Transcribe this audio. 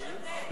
יש הבדל.